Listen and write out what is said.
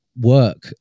work